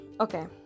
Okay